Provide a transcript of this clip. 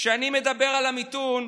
כשאני מדבר על המיתון,